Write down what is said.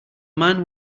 man